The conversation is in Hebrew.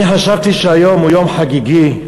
אני חשבתי שהיום הוא יום חגיגי,